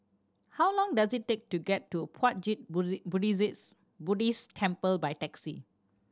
how long does it take to get to Puat Jit Buddhist Temple by taxi